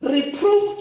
Reproof